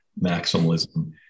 maximalism